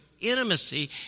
intimacy